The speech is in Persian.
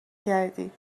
کردی